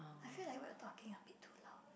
I feel like we are talking a bit too loud